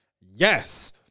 Yes